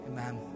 Amen